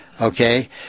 Okay